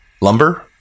lumber